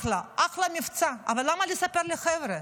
אחלה, אחלה מבצע, אבל למה לספר לחבר'ה?